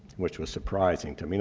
which was surprising to me.